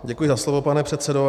Děkuji za slovo, pane předsedo.